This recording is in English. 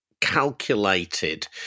calculated